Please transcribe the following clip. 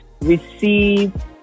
Receive